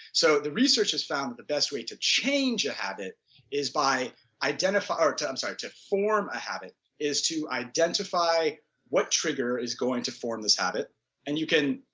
so the research has found that the best way to change a habit is by identify, or i'm sorry, to form a habit is to identify what trigger is going to form this habit and you can,